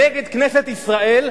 נגד כנסת ישראל,